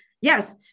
Yes